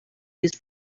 used